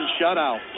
shutout